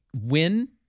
win